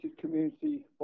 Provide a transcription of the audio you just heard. community